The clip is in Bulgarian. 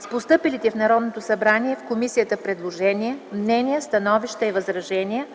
с постъпилите в Народното събрание и в Комисията предложения, мнения, становища и възражения